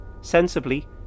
Sensibly